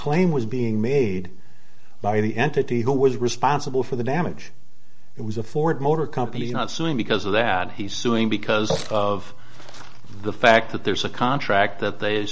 claim was being made by the entity who was responsible for the damage it was the ford motor company not suing because of that he's suing because of the fact that there's a contract that they